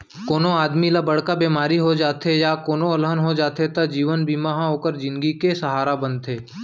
कोनों आदमी ल बड़का बेमारी हो जाथे या कोनों अलहन हो जाथे त जीवन बीमा ह ओकर जिनगी के सहारा बनथे